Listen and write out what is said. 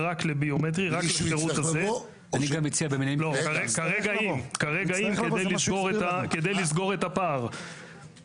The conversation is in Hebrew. אני ביקשתי ללמוד את השלבים כדי לדעת להוציא